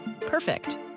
perfect